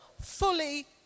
fully